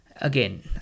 Again